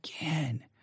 again